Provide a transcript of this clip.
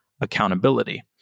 accountability